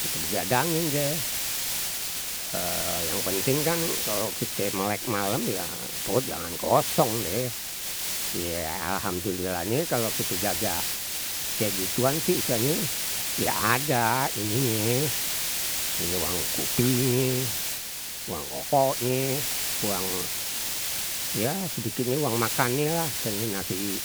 Kite bergadangin deh, yang penting kan kalau kite melek malem ye perut jangan kosong deh. Ye alhamdulillahnye kalau kite jaga kayak gituan sih, istilahnye ya ada ininye ye uang kupinye, uang rokoknye, uang ya sedikitnye uang makannye lah, istilahnye nasi